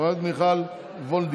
חברת הכנסת מיכל וולדיגר,